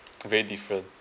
very different